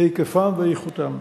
היקפם ואיכותם.